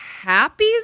happy